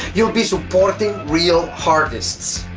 you'll be supporting real artists.